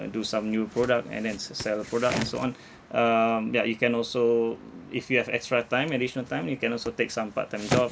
do some new product and then s~ sell the product and so on um ya you can also if you have extra time additional time you can also take some part time jobs